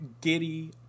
giddy